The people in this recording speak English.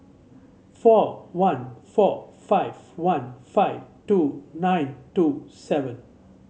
four one four five one five two nine two seven